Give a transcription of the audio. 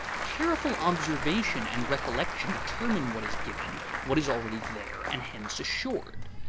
careful observation and recollection determine what is given, what is already there, and hence assured.